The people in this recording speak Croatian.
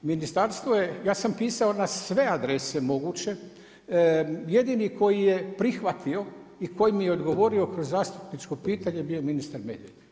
Ministarstvo je, ja sam pisao na sve adrese moguće, jedini koji je prihvatio i koji mi je odgovorio kroz zastupničko pitanje bio je ministar Medved.